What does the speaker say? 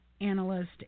analyst